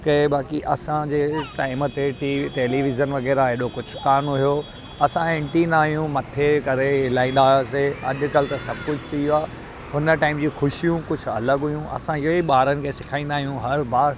की बाक़ी असांजे टाइम ते टेलीविज़न वग़ैरह हेॾो कुझु कान हुओ असांजे एंटिना आहियूं मथे करे हिलाईंदा हुआसीं अॼुकल्ह त सभु कुझु थी वियो आहे हुन टाइम जी ख़ुशियूं कुझु अलॻि हुयूं असां इहो ई ॿारनि खे सेखारींदा आहियूं हर बार